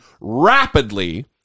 rapidly